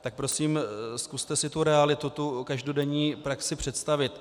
Tak prosím, zkuste si tu realitu, tu každodenní praxi představit.